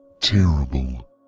terrible